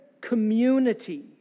community